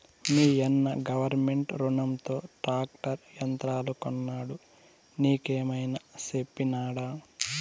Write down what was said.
మీయన్న గవర్నమెంట్ రునంతో ట్రాక్టర్ యంత్రాలు కొన్నాడు నీకేమైనా చెప్పినాడా